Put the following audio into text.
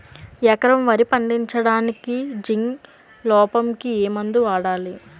ఎకరం వరి పండించటానికి జింక్ లోపంకి ఏ మందు వాడాలి?